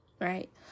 right